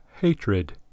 Hatred